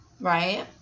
right